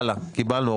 כן, הלאה, קיבלנו.